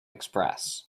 express